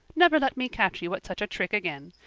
never let me catch you at such a trick again.